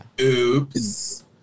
oops